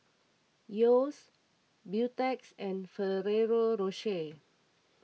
Yeo's Beautex and Ferrero Rocher